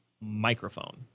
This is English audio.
microphone